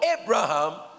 Abraham